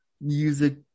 music